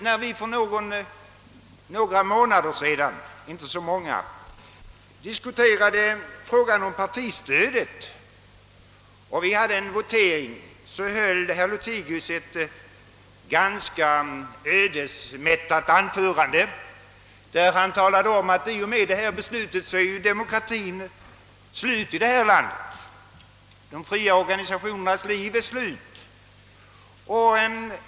När vi för inte så många månader sedan diskuterade frågan om partistödet höll herr Lothigius inför voteringen ett ganska ödesmättat anförande. I och med detta beslut, sade han, var demokratien och de fria organisationernas tid slut här i landet.